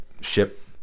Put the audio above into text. ship